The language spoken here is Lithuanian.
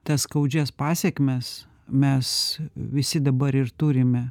tas skaudžias pasekmes mes visi dabar ir turime